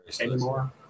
anymore